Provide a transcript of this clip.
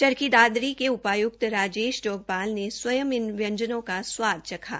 चरखी दादरी के उपायुक्त राजेष जोगपाल ने स्वयं इन व्यंजनों का स्वाद चखा